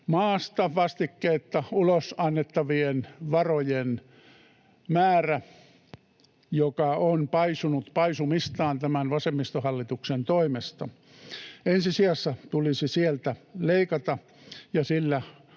maasta vastikkeetta ulos annettavien varojen määrä, joka on paisunut paisumistaan tämän vasemmistohallituksen toimesta. Ensi sijassa tulisi sieltä leikata ja